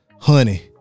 Honey